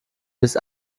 bis